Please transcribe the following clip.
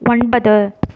ஒன்பது